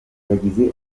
yagize